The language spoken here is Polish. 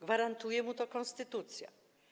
Gwarantuje mu to konstytucja.